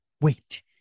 wait